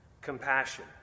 compassion